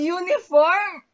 uniform